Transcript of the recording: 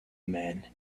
men